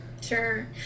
sure